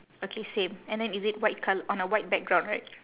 okay same and then is it white col~ on a white background right